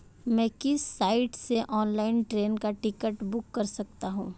मैं किस साइट से ऑनलाइन ट्रेन का टिकट बुक कर सकता हूँ?